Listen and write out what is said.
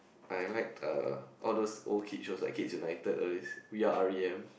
I like uh all those old kid shows like Kids-United all this We-Are-R_E_M